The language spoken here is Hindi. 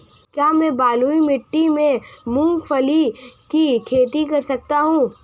क्या मैं बलुई मिट्टी में मूंगफली की खेती कर सकता हूँ?